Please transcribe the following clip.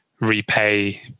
repay